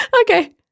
Okay